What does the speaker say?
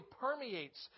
permeates